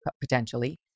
potentially